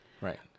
right